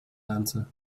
answer